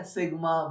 Sigma